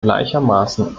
gleichermaßen